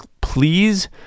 please